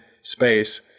space